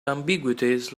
ambiguities